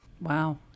Wow